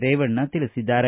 ರೇವಣ್ಣ ತಿಳಿಸಿದ್ದಾರೆ